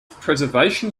preservation